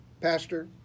Pastor